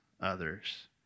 others